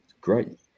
great